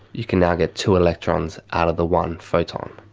you can now get two electrons out of the one photon.